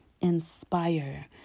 inspire